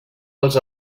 els